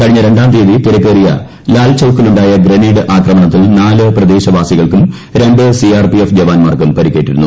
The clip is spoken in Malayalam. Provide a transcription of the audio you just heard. കഴിഞ്ഞ രണ്ടാം തീയതി തിരക്കേറിയ ലാൽചൌക്കിലുണ്ടായ ഗ്രനേഡ് ആക്രമണത്തിൽ നാല് പ്രദേശവാസികൾക്കും രണ്ട് സിആർപിഎഫ് ജവാൻമാർക്കും പരിക്കേറ്റിരുന്നു